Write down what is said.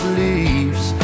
leaves